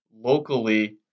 locally